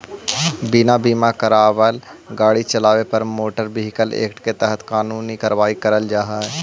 बिना बीमा करावाल गाड़ी चलावे पर मोटर व्हीकल एक्ट के तहत कानूनी कार्रवाई करल जा हई